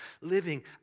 living